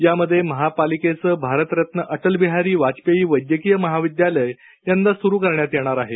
यामध्ये महापालिकेचे भारतरत्न अटल बिहारी वाजपेयी वैद्यकीय महाविद्यालय यंदा सुरू करण्यात येणार आहे